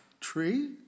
tree